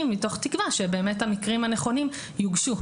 מתוך תקווה שבאמת המקרים הנכונים יוגשו,